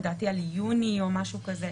לדעתי על יוני או משהו כזה.